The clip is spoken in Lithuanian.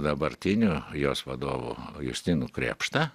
dabartiniu jos vadovu justinu krėpšta